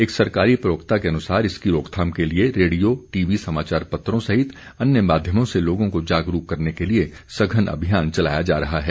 एक सरकारी प्रवक्ता के अनुसार इसकी रोकथाम के लिए रेडियो टीवी समाचार पत्रों सहित अन्य माध्यमों से लोगों को जागरूक करने के लिए सघन अभियान चलाया जा रहा है